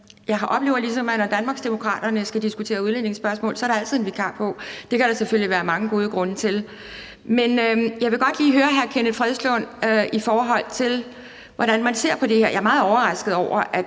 jeg ligesom, når Danmarksdemokraterne skal diskutere udlændingespørgsmål, at der altid er en vikar på. Det kan der selvfølgelig være mange gode grunde til. Men jeg vil godt lige høre hr. Kenneth Fredslund Petersen om, hvordan man ser på det her. Jeg er meget overrasket over, at